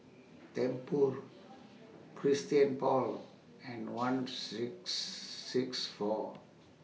Tempur Christian Paul and one six six four